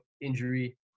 injury